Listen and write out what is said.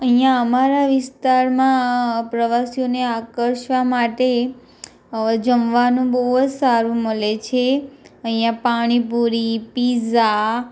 અહીંયા અમારા વિસ્તારમાં પ્રવાસીઓને આકર્ષવા માટે જમવાનું બહુ જ સારું મળે છે અહીંયા પાણીપુરી પિત્ઝા